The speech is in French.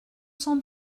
cent